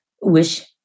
wish